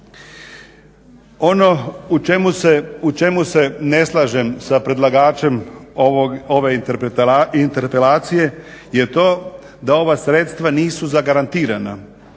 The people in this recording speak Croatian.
Ono u čemu se ne slažem sa predlagačem ove interpelacije je to da ova sredstva nisu zagarantirana.